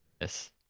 yes